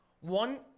one